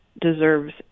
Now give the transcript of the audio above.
deserves